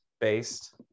based